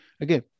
Again